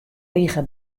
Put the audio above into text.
rige